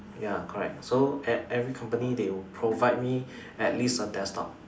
ya correct so at every company they would provide me at least a desktop